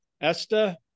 Esther